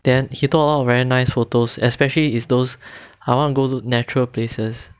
then he took all very nice photos especially is those I wanna go to natural places